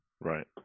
Right